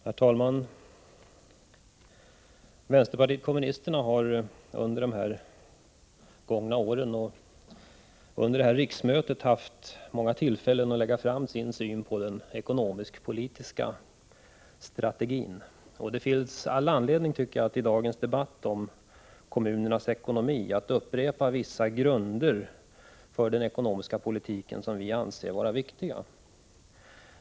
Herr talman! Vänsterpartiet kommunisterna har under de gångna åren och under detta riksmöte haft många tillfällen att lägga fram sin syn på den ekonomisk-politiska strategin. Det finns all anledning att i dagens debatt om kommunernas ekonomi upprepa vissa grunder för den ekonomiska politiken som vi anser är viktiga.